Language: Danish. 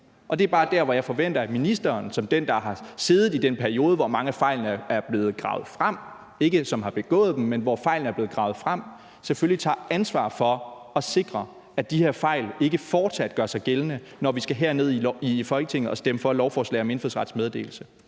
år. Det er bare der, hvor jeg forventer, at ministeren som den, der har siddet i den periode, hvor mange af fejlene er blevet gravet frem – ikke hvor de er blevet begået på, men hvor de er blevet gravet frem – selvfølgelig tager ansvar for at sikre, at de her fejl ikke fortsat gør sig gældende, når vi skal herned i Folketinget og stemme for lovforslag om indfødsrets meddelelse,